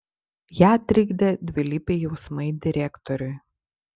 ją trikdė dvilypiai jausmai direktoriui